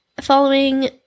Following